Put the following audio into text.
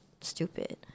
stupid